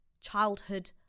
childhood